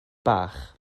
bach